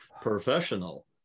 professional